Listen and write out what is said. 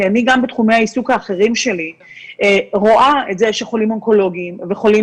אני גם בתחומי העיסוק האחרים שלי רואה את זה שחולים אונקולוגים וחולים